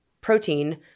protein